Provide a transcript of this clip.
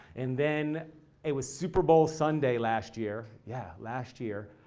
and then it was super bowl sunday last year, yeah, last year,